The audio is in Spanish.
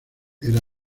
era